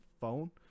phone